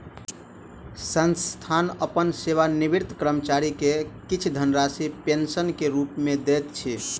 संस्थान अपन सेवानिवृत कर्मचारी के किछ धनराशि पेंशन के रूप में दैत अछि